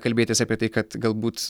kalbėtis apie tai kad galbūt